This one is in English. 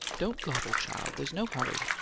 don't gobble, child! there's no hurry.